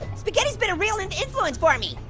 spaghetti's been a real and influence for me.